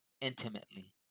intimately